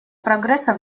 прогресса